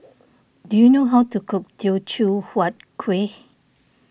do you know how to cook Teochew Huat Kueh